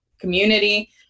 community